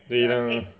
对 lor